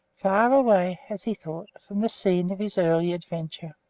far away, as he thought, from the scene of his early adventure.